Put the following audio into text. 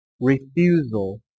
refusal